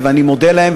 אני מודה להם,